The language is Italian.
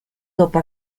dopo